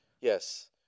Yes